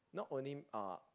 not only uh